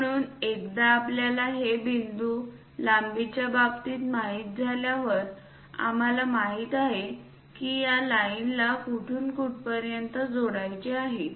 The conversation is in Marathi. म्हणून एकदा आपल्याला हे बिंदू लांबीच्या बाबतीत माहित झाल्यावर आम्हाला माहित आहे की या लाईन ला कुठून कुठपर्यंत जोडायचे आहे